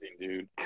dude